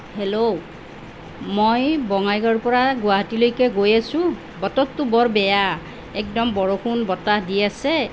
hello মই বঙাইগাঁৱৰ পৰা গুৱাহাটীলৈকে গৈ আছোঁ বতৰটো বৰ বেয়া একদম বৰষুণ বতাহ দি আছে